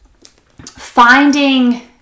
finding